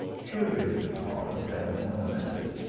curiously carved and ornamented,